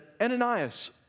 Ananias